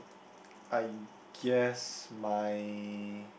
I guess my